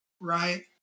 right